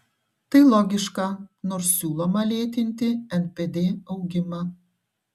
tai logiška nors siūloma lėtinti npd augimą